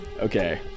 Okay